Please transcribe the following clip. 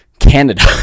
Canada